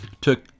took